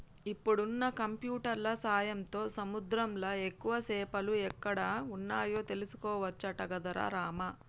ఇప్పుడున్న కంప్యూటర్ల సాయంతో సముద్రంలా ఎక్కువ చేపలు ఎక్కడ వున్నాయో తెలుసుకోవచ్చట గదరా రామా